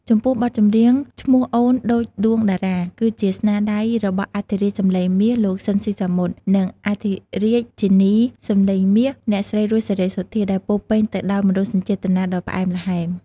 ចំពោះ បទចម្រៀង ឈ្មោះអូនដូចដួងតារា គឺជាស្នាដៃរបស់អធិរាជសំឡេងមាស លោក ស៊ីន ស៊ីសាមុត និងអធិរាជិនីសំឡេងមាស អ្នកស្រី រស់ សេរីសុទ្ធា ដែលពោរពេញទៅដោយមនោសញ្ចេតនាដ៏ផ្អែមល្ហែម។